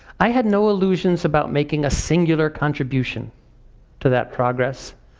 i had no illusions about making a singular contribution to that progress,